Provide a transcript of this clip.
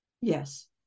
Yes